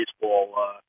baseball